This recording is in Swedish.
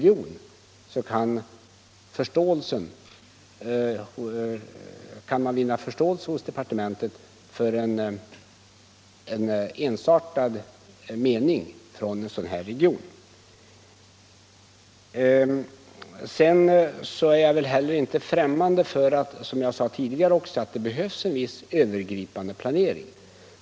Man bör hos departementet kunna vinna förståelse för en enhällig uppfattning i en viss region. Som jag tidigare framhållit är jag inte främmande för att det behövs en övergripande planering.